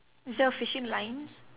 is there a fishing line